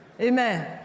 Amen